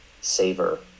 savor